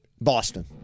Boston